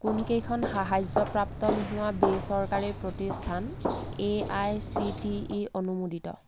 কোনকেইখন সাহায্যপ্ৰাপ্ত নোহোৱা বেচৰকাৰী প্ৰতিষ্ঠান A I C T E অনুমোদিত